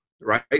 right